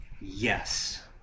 Yes